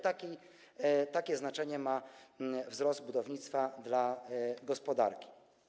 Takie znaczenie ma wzrost budownictwa dla gospodarki.